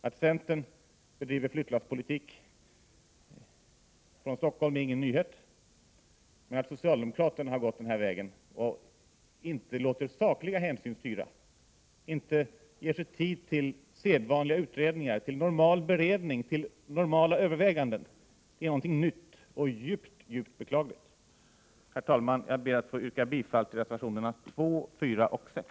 Att centern bedriver flyttlasspolitik från Stockholm är ingen nyhet, men att socialdemokraterna går denna väg och inte låter sakliga hänsyn styra, inte ger sig tid till sedvanliga utredningar, till normal beredning och normala överväganden är något nytt och djupt beklagligt. Herr talman! Jag ber att få yrka bifall till reservationerna 2, 4 och 6.